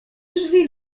drzwi